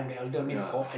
uh ya